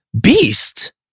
Beast